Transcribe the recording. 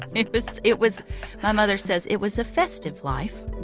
and it was it was my mother says it was a festive life